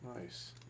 nice